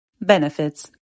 Benefits